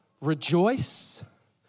rejoice